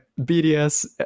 BDS